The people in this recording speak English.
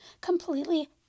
completely